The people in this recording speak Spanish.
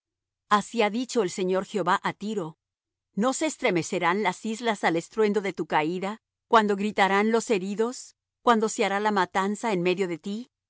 así ha dicho el señor jehová á tiro no se estremecerán las islas al estruendo de tu caída cuando gritarán los heridos cuando se hará la matanza en medio de ti